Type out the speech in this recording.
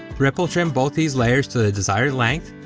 ripple trim both these layers to the desired length.